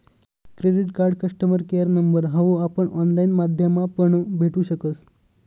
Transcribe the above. credit card customer care number हाऊ आपण online माध्यमापण भेटू शकस